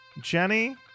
Jenny